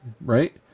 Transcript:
right